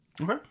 okay